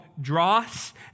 dross